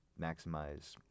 maximize